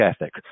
ethic